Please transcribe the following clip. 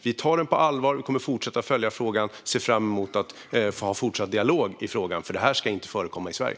Vi tar frågan på allvar, vi kommer att fortsätta följa den och vi ser fram emot att få ha en fortsatt dialog i frågan, för detta ska inte förekomma i Sverige.